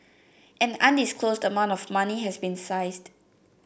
an undisclosed amount of money has been seized